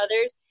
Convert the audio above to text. others